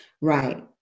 right